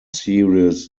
serious